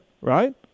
right